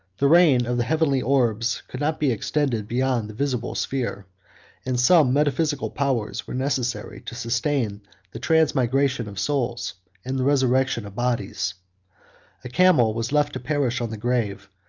the reign of the heavenly orbs could not be extended beyond the visible sphere and some metaphysical powers were necessary to sustain the transmigration of souls and the resurrection of bodies a camel was left to perish on the grave,